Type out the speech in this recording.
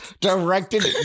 directed